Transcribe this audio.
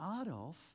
Adolf